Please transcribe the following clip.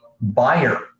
buyer